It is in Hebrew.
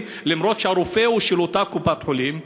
אף שהרופא הוא של אותה קופת-חולים,